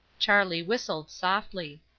charlie whistled softly.